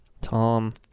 Tom